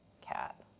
cat